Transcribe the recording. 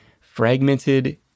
fragmented